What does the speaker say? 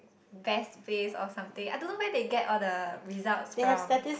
best place or something I don't know where they get all the results from